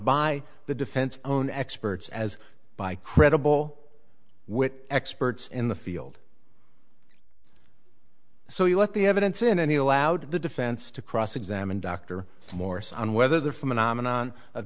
by the defense own experts as by credible wit experts in the field so you let the evidence in any allowed the defense to cross examine dr morse on whether they're phenomenal one of